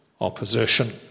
opposition